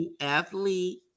athlete